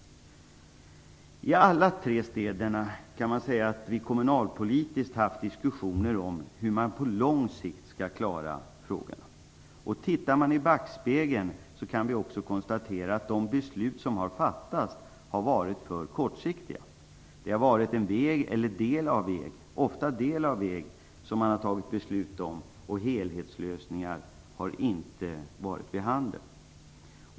I alla tre städer har det förts kommunalpolitiska diskussioner om hur man på lång sikt skall komma till rätta med förhållandena. Tittar man i backspegeln kan man också konstatera att de beslut som har fattats har varit för kortsiktiga. Det har ofta fattats beslut om en väg eller en del av en väg. Några helhetslösningar har inte varit vid handen.